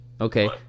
Okay